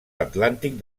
atlàntic